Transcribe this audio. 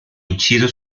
inciso